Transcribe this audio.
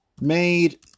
made